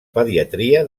pediatria